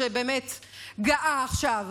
שבאמת גאה עכשיו,